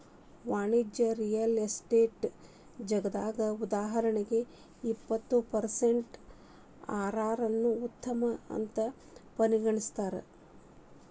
ವಾಣಿಜ್ಯ real estate ಜಗತ್ನ್ಯಗ, ಉದಾಹರಣಿಗೆ, ಇಪ್ಪತ್ತು ಪರ್ಸೆನ್ಟಿನಷ್ಟು ಅರ್.ಅರ್ ನ್ನ ಉತ್ತಮ ಅಂತ್ ಪರಿಗಣಿಸ್ತಾರ